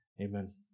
amen